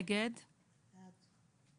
הצבעה בעד,